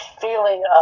feeling